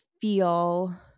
feel